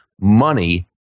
money